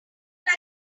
like